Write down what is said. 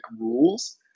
rules